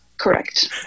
Correct